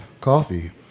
coffee